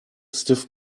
stiff